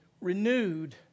renewed